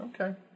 Okay